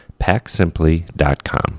PackSimply.com